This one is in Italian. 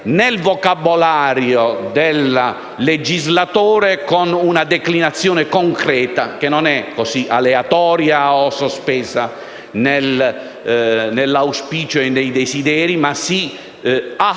dal vocabolario del legislatore con una declinazione concreta, che non è così aleatoria o sospesa nell'auspicio e nei desideri ma si attua